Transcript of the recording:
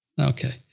Okay